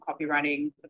copywriting